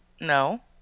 No